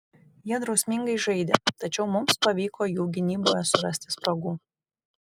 jie drausmingai žaidė tačiau mums pavyko jų gynyboje surasti spragų